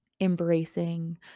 embracing